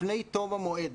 לפני תום המועד.